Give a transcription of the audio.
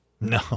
No